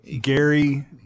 Gary